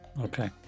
Okay